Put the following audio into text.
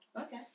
okay